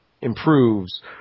improves